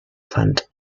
plant